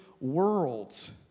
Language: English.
world's